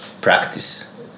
practice